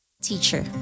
Teacher